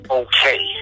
okay